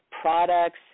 products